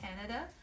Canada